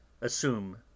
assume